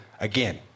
again